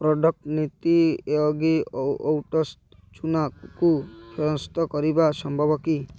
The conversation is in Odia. ପ୍ରଡ଼କ୍ଟ୍ ନିଟି ୟୋଗୀ ଚୁନାକୁ ଫେରସ୍ତ କରିବା ସମ୍ଭବ କି